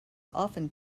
often